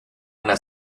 una